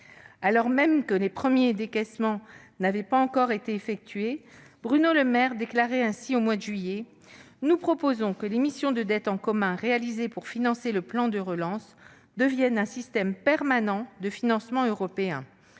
Alors même que les premiers décaissements n'avaient pas encore été effectués, Bruno Le Maire déclarait ainsi au mois de juillet :« nous proposons que l'émission de dette en commun réalisée pour financer le plan de relance devienne un système permanent de financement européen.